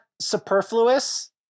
superfluous